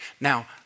now